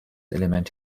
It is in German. element